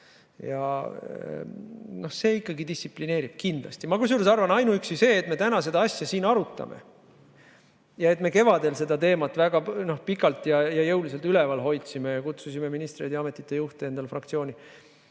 See ikkagi distsiplineerib kindlasti. Kusjuures ma arvan, et ainuüksi sellel, et me täna seda asja siin arutame ja et me kevadel seda teemat väga pikalt ja jõuliselt üleval hoidsime, kutsusime ministreid ja ametite juhte endale fraktsiooni,